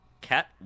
cat